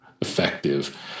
effective